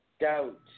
doubt